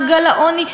מעגל העוני,